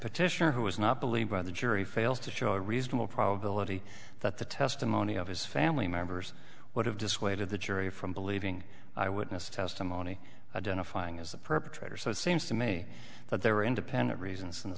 petitioner who is not believed by the jury fails to show a reasonable probability that the testimony of his family members would have dissuaded the jury from believing i would miss testimony identifying as the perpetrator so it seems to me that there are independent reasons in the